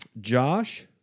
Josh